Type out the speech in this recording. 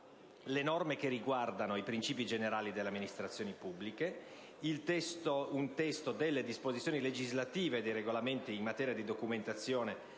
le norme che riguardano i principi generali delle amministrazioni pubbliche, un testo delle disposizioni legislative e dei regolamenti in materia di documentazione